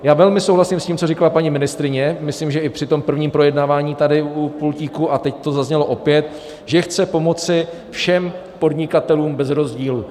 Já velmi souhlasím s tím, co říkala paní ministryně, myslím, že i při tom prvním projednávání tady u pultíku, a teď to zaznělo opět, že chce pomoci všem podnikatelům bez rozdílu.